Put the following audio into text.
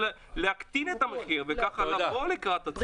להקטין את המחיר וככה לבוא לקראת הציבור.